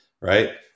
right